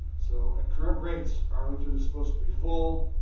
so, at current rates arlington is supposed to be full.